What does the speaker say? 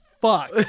fuck